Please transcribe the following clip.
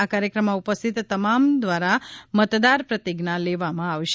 આ કાર્યક્રમમાં ઉપસ્થિત તમામ દ્વારા મતદાર પ્રતિજ્ઞા લેવામાં આવશે